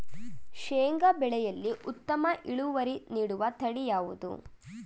ಶೇಂಗಾ ಬೆಳೆಯಲ್ಲಿ ಉತ್ತಮ ಇಳುವರಿ ನೀಡುವ ತಳಿ ಯಾವುದು?